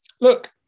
look